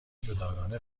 جداگانه